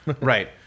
Right